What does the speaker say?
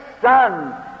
son